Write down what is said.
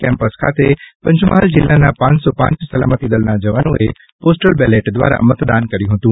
campus ખાતે પંચમહાલ જિલ્લાના પાંચસો પાંચ સલામતીદળના જવાનોએ પોસ્ટલ બેલેટ દ્વારા મતદાન કર્યું હતું